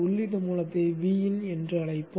உள்ளீட்டு மூலத்தை Vin என அழைப்போம்